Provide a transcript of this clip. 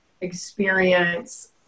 experience